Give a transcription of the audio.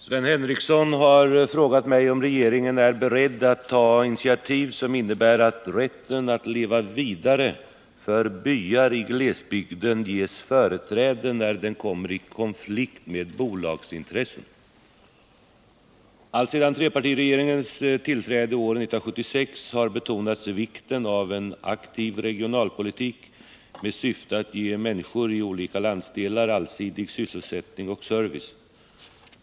Herr talman! Sven Henricsson har frågat mig om regeringen är beredd att ta initiativ som innebär att rätten att leva vidare för byar i glesbygden ges företräde när den kommer i konflikt med bolagsintressen. Alltsedan trepartiregeringens tillträde år 1976 har betonats vikten av en aktiv regionalpolitik med syfte att ge människor i olika landsdelar allsidig sysselsättning och service.